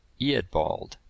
Eadbald